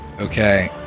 Okay